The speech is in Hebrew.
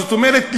זאת אומרת,